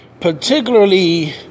particularly